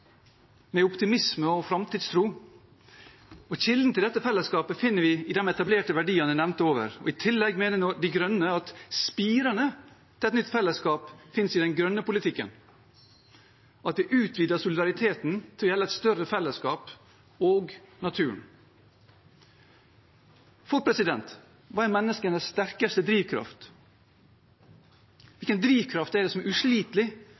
med slagkraft, med optimisme og framtidstro, og kilden til dette fellesskapet finner vi i de etablerte verdiene jeg nevnte over. I tillegg mener De grønne at spirene til et nytt fellesskap finnes i den grønne politikken, at vi utvider solidariteten til å gjelde et større fellesskap og naturen. Hva er menneskenes sterkeste drivkraft? Hvilken drivkraft er det som er uslitelig